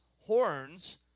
horns